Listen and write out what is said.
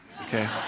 Okay